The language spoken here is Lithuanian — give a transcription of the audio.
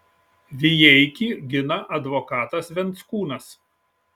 vijeikį gina advokatas venckūnas